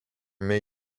may